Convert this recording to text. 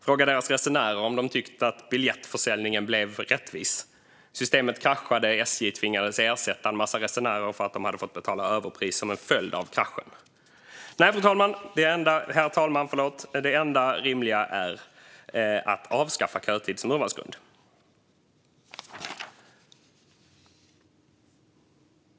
Fråga deras resenärer om de tyckte att biljettförsäljningen blev rättvis! Systemet kraschade, och SJ tvingades att ersätta en massa resenärer för att de hade fått betala överpris som en följd av kraschen. Herr talman! Det enda rimliga är att avskaffa kötid som urvalsgrund.